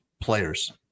players